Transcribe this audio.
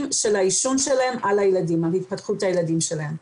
של העישון שלהם על התפתחות הילדים שלהם.